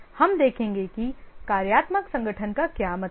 हम देखेंगे कि कार्यात्मक संगठन का क्या मतलब है